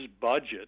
budget